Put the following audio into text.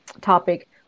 topic